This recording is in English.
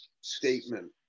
statement